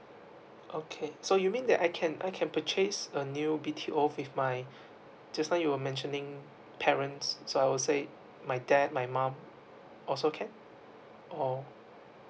okay so you mean that I can I can purchase a new B_T_O with my just now you were mentioning parents so I will say my dad my mum also can or